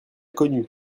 connue